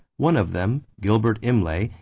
one of them, gilbert imlay,